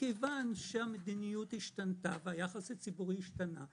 מכיוון שהמדיניות השתנתה והיחס הציבורי השתנה.